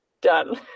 done